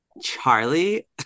Charlie